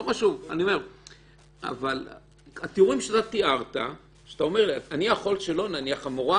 אבל התיאורים שתיארת נניח, המורה